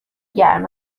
گرم